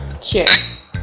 Cheers